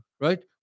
Right